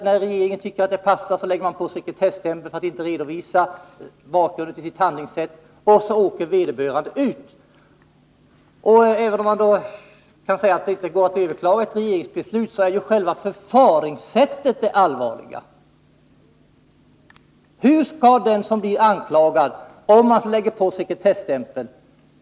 När regeringen inte vill redovisa sitt handlingssätt sätter den på sekretesstämpeln, och så åker vederbörande ut. Även om det inte går att överklaga ett regeringsbeslut är det förfaringssättet allvarligt. Hur skall den som blir anklagad kunna försvara sig, om man sekretesstämplar ärendet?